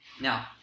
now